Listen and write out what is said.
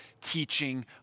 teaching